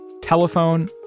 Telephone